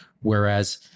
whereas